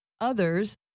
Others